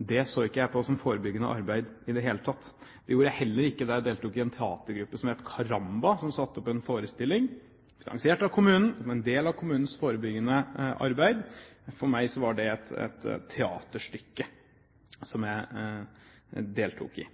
Det så ikke jeg på som forebyggende arbeid i det hele tatt. Det gjorde jeg heller ikke da jeg deltok i en teatergruppe som heter Caramba, som satte opp en forestilling finansiert av kommunen som en del av kommunens forebyggende arbeid. For meg var dette et teaterstykke som jeg